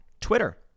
Twitter